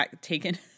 taken